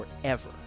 forever